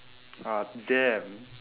ah damn